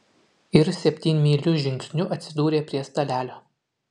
ir septynmyliu žingsniu atsidūrė prie stalelio